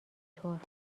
طور